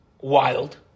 wild